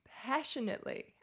passionately